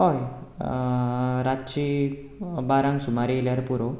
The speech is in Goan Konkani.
हय रातची बारांक सुमार येल्यार पुरो